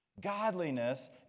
Godliness